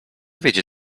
wiedzie